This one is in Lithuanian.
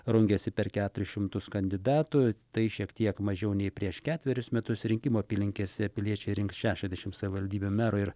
rungėsi per keturis šimtus kandidatų tai šiek tiek mažiau nei prieš ketverius metus rinkimų apylinkėse piliečiai rinks šešiasdešim savivaldybių merų ir